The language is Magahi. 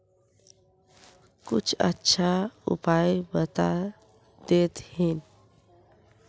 कुछ अच्छा उपाय बता देतहिन?